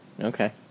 Okay